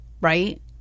right